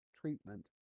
treatment